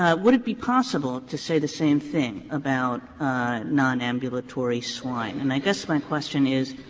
ah would it be possible to say the same thing about nonambulatory swine? and i guess my question is,